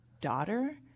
daughter